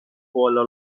کوالا